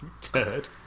turd